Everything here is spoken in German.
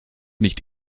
nicht